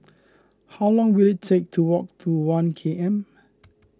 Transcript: how long will it take to walk to one K M